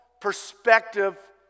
perspective